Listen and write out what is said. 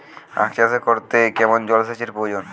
আখ চাষ করতে কেমন জলসেচের প্রয়োজন?